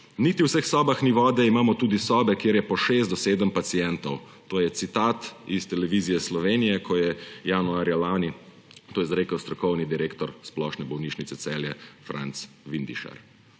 »Niti v vseh sobah ni vode, imamo tudi sobe, kjer je po šest do sedem pacientov.« To je citat s Televizije Slovenije, ko je januarja lani to izrekel strokovni direktor Splošne bolnišnice Celje Franc Vindišar.